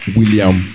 William